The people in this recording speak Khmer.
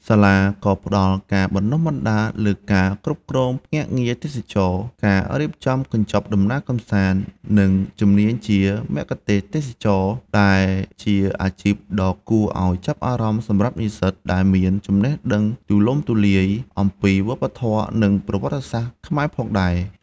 សាលាក៏ផ្ដល់ការបណ្តុះបណ្តាលលើការគ្រប់គ្រងភ្នាក់ងារទេសចរណ៍ ការរៀបចំកញ្ចប់ដំណើរកម្សាន្ត និងជំនាញជា មគ្គុទ្ទេសក៍ទេសចរណ៍ ដែលជាអាជីពដ៏គួរឱ្យចាប់អារម្មណ៍សម្រាប់និស្សិតដែលមានចំណេះដឹងទូលំទូលាយអំពីវប្បធម៌ និងប្រវត្តិសាស្ត្រខ្មែរផងដែរ។